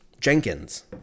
Jenkins